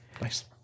nice